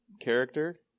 character